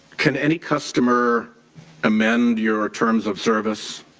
can any customer amend your terms of service,